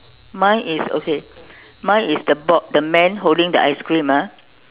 mine is okay mine is the boy the man holding the ice cream ah